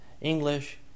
English